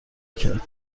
کرد